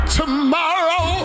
tomorrow